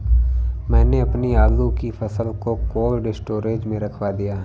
मैंने अपनी आलू की फसल को कोल्ड स्टोरेज में रखवा दिया